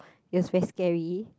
is very scary